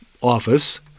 office